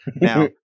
Now